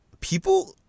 people-